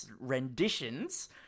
renditions